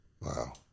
Wow